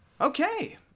Okay